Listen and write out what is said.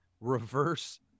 reverse